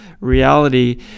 reality